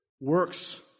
works